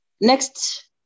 Next